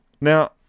now